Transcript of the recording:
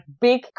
big